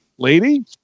lady